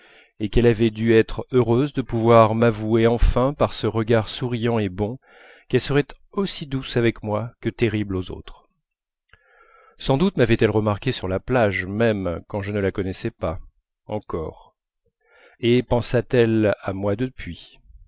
et qu'elle avait dû être heureuse de pouvoir m'avouer enfin par ce regard souriant et bon qu'elle serait aussi douce avec moi que terrible aux autres sans doute mavait elle remarqué sur la plage même quand je ne la connaissais pas encore et pensa-t-elle à moi depuis